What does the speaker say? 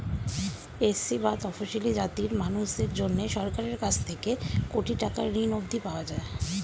SC বা তফশিলী জাতির মানুষদের জন্যে সরকারের কাছ থেকে কোটি টাকার ঋণ অবধি পাওয়া যায়